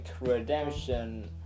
Redemption